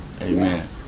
Amen